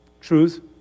Truth